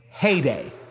Heyday